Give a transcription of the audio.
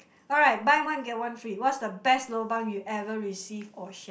alright but one get one free what's the best lobang you ever received or shared